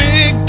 Big